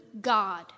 God